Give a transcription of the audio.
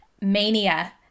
mania